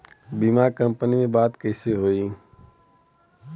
बीमा कंपनी में बात कइसे होई?